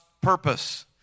purpose